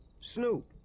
Snoop